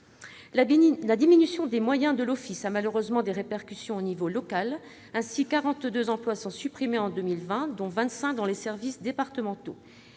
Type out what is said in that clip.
La diminution des moyens de l'Office a malheureusement des répercussions au niveau local. Ainsi, 42 emplois sont supprimés en 2020, dont 25 dans les services départementaux.